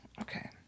okay